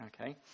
okay